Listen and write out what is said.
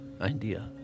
idea